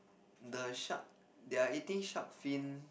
the shark they are eating shark fin